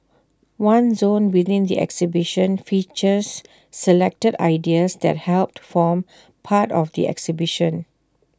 one zone within the exhibition features selected ideas that helped form part of the exhibition